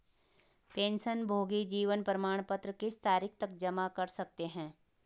पेंशनभोगी जीवन प्रमाण पत्र किस तारीख तक जमा कर सकते हैं?